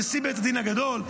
נשיא בית הדין הגדול,